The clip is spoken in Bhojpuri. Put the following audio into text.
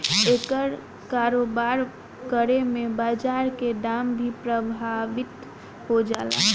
एकर कारोबार करे में बाजार के दाम भी प्रभावित हो जाला